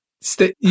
stay